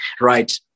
right